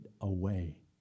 away